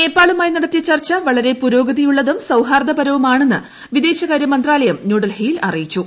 നേപ്പാളുമായി നടത്തിയ ചർച്ച വളരെ ചർച്ച പുരോഗതിയുള്ളതും സൌഹൃർദ്രപരവുമാണെന്ന് വിദേശകാരൃമന്ത്രാലയം ന്യൂഡൽഹിയിൽ അറിയിച്ചു